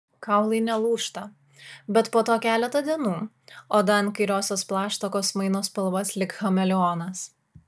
kaulai nelūžta bet po to keletą dienų oda ant kairiosios plaštakos maino spalvas lyg chameleonas